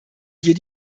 hier